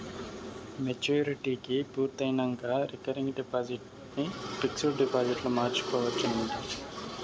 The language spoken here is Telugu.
మెచ్యూరిటీ పూర్తయినంక రికరింగ్ డిపాజిట్ ని పిక్సుడు డిపాజిట్గ మార్చుకోవచ్చునంట